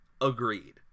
Agreed